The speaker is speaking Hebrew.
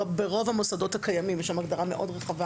ברוב המוסדות הקיימים יש שם הגדרה מאוד רחבה